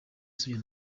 usibye